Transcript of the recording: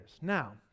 Now